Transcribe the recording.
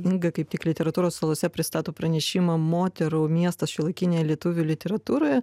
inga kaip tik literatūros salose pristato pranešimą moterų miestas šiuolaikinėje lietuvių literatūroje